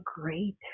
great